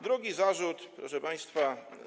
Drugi zarzut, proszę państwa.